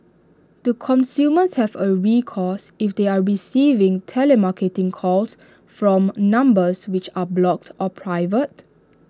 do consumers have A recourse if they are receiving telemarketing calls from numbers which are blocked or private